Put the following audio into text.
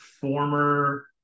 former